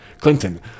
clinton